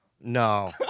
No